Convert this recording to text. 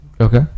okay